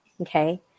Okay